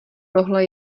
tohle